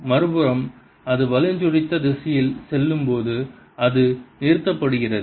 மறுபுறம் அது வலஞ்சுழித்த திசையில் செல்லும்போது அது நிறுத்தப்படுகிறது